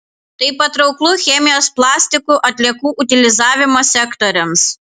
tai patrauklu chemijos plastikų atliekų utilizavimo sektoriams